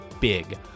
big